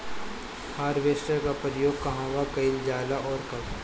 Harvester का उपयोग कहवा कइल जाला और कब?